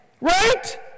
right